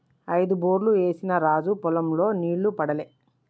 ఐదు బోర్లు ఏసిన రాజు పొలం లో నీళ్లు పడలే